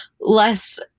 less